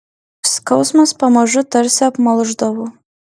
skausmas pamažu tarsi apmalšdavo